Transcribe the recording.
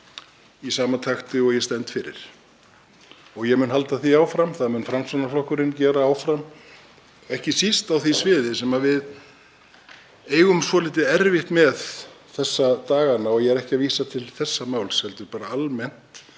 í sama takti og ég stend fyrir og ég mun halda því áfram. Það mun Framsóknarflokkurinn gera áfram, ekki síst á því sviði sem við eigum svolítið erfitt með þessa dagana, og ég er ekki að vísa til þessa máls heldur bara almennt.